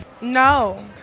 no